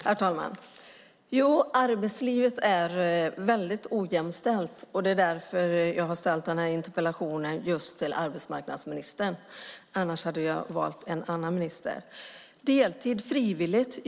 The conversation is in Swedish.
Herr talman! Arbetslivet är väldigt ojämställt, och det är därför jag har ställt denna interpellation till just arbetsmarknadsministern. Det talas om att arbeta deltid frivilligt.